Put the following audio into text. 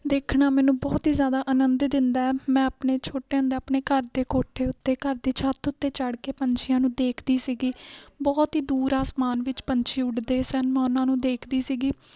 ਦੇਖਣਾ ਮੈਨੂੰ ਬਹੁਤ ਹੀ ਜਿਆਦਾ ਆਨੰਦ ਦਿੰਦਾ ਮੈਂ ਆਪਣੇ ਛੋਟਿਆਂ ਦਾ ਆਪਣੇ ਘਰ ਦੇ ਕੋਠੇ ਉੱਤੇ ਘਰ ਦੀ ਛੱਤ ਉੱਤੇ ਚੜ ਕੇ ਪੰਛੀਆਂ ਨੂੰ ਦੇਖਦੀ ਸੀਗੀ ਬਹੁਤ ਹੀ ਦੂਰ ਆਸਮਾਨ ਵਿੱਚ ਪੰਛੀ ਉੱਡਦੇ ਸਨ ਮੈਂ ਉਹਨਾਂ ਨੂੰ ਦੇਖਦੀ ਸੀਗੀ